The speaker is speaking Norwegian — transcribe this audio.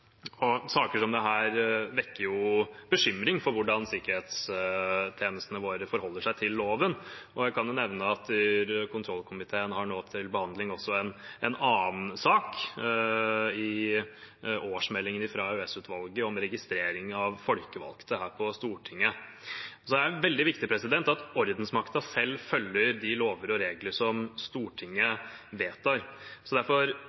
hvordan sikkerhetstjenestene våre forholder seg til loven. Jeg kan nevne at kontrollkomiteen nå har til behandling også en annen sak som gjelder årsmeldingen fra EOS-utvalget, om registering av folkevalgte her på Stortinget. Det er veldig viktig at ordensmakten selv følger de lover og regler som Stortinget vedtar. Derfor